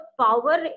power